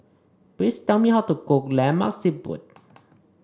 please tell me how to cook Lemak Siput